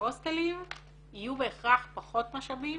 ולהוסטלים יהיו בהכרח פחות משאבים,